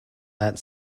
that